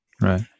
Right